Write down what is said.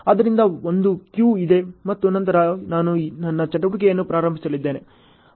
ಆದ್ದರಿಂದ ಒಂದು ಕ್ಯೂ ಇದೆ ಮತ್ತು ನಂತರ ನಾನು ನನ್ನ ಚಟುವಟಿಕೆಯನ್ನು ಪ್ರಾರಂಭಿಸಲಿದ್ದೇನೆ